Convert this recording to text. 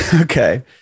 Okay